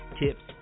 tips